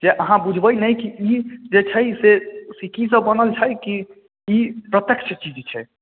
से अहाँ बुझबै नहि कि ई जे छै से सिक्की सँ बनल छै कि ई प्रत्यक्ष चीज छै